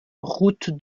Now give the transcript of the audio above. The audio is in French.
route